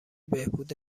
بهبود